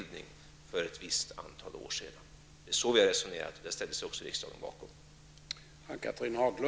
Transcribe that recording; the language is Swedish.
Det är så vi resonerar, och detta ställde sig riksdagen bakom.